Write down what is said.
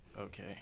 Okay